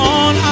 on